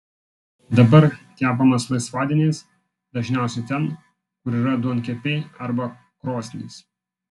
dabar kepamas laisvadieniais dažniausiai ten kur yra duonkepiai arba krosnys